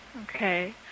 Okay